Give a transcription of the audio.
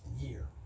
year